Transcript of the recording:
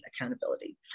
accountability